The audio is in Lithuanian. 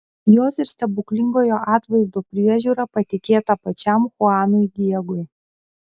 jos ir stebuklingojo atvaizdo priežiūra patikėta pačiam chuanui diegui